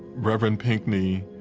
reverend pinckney